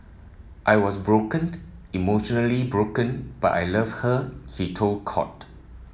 I was broken emotionally broken but I loved her he told court